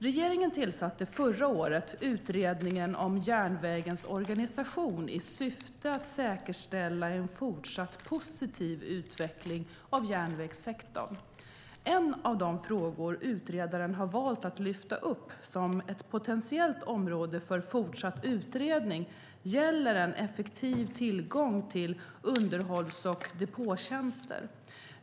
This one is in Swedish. Regeringen tillsatte förra året Utredningen om järnvägens organisation, i syfte att säkerställa en fortsatt positiv utveckling av järnvägssektorn. En av de frågor som utredaren har valt att lyfta upp som ett potentiellt område för fortsatt utredning gäller en effektiv tillgång till underhålls och depåtjänster.